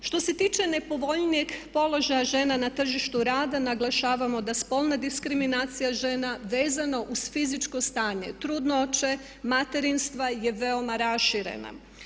Što se tiče nepovoljnijeg položaja žena na tržištu rada naglašavamo da spolna diskriminacija žena vezano uz fizičko stanje trudnoće, materinstva je veoma raširena.